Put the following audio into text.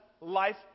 life